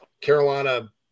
Carolina